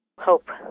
hope